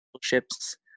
ships